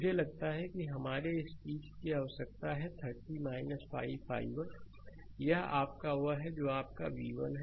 मुझे लगता है कि हमारे लिए इस चीज़ की आवश्यकता है 30 5 i1 यह आपका वह है जो आपका v1 है